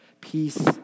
peace